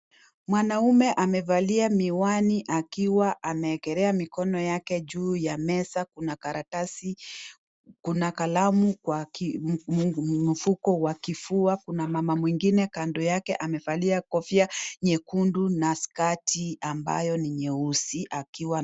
Mwanaume amevalia miwani akiwa amewekelea mikono yake juu ya meza, kuna karatasi, kuna kalamu kwa mfuko wa kifua. Kuna mama mwingine kando yake amevalia kofia nyekundu naskati ambayo ni nyeusi akiwa.